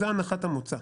זאת הנחת המוצא.